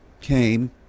came